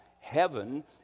heaven